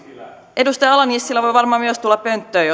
edustaja ala nissilä voi varmaan myös tulla pönttöön